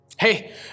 Hey